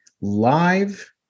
live